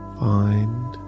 find